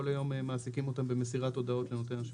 כל היום מעסיקים אותם במסירת הודעות לנותן השירות.